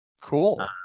Cool